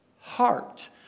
heart